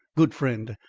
good friend,